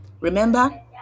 Remember